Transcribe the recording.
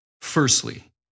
Firstly